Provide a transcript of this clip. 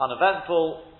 uneventful